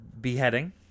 beheading